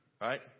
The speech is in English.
right